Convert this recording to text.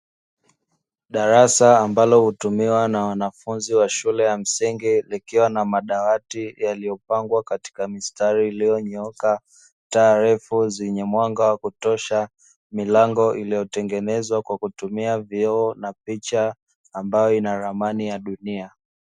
Darasa ambalo hutumiwa na wanafunzi wa shule ya msingi likiwa na madawati yaliyopangwa katika mistari iliyonyooka, taa refu zenye mwanga wa kutosha, milango iliyotengenezwa kwa kutumia vioo, na picha ambayo ina ramani ya dunia.